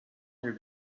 your